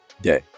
day